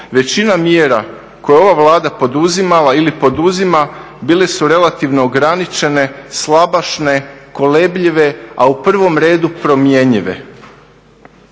većina mjera koje je ova Vlada poduzimala ili poduzima bile su relativno ograničene, slabašne, kolebljive, a u prvom redu promjenjive.